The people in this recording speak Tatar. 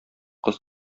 кыз